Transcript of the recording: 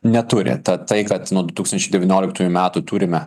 neturi tad tai kad nuo du tūkstančiai devynioliktųjų metų turime